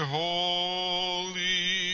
holy